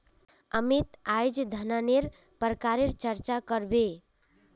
अमित अईज धनन्नेर प्रकारेर चर्चा कर बे